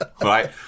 right